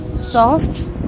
soft